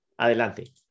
Adelante